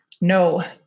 No